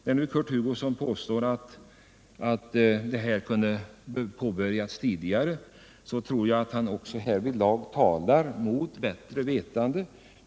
När Kurt Hugosson påstår att arbetena kunde påbörjats tidigare tror jag att han också härvidlag talar mot bättre vetande.